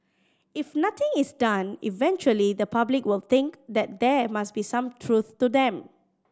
if nothing is done eventually the public will think that there must be some truth to them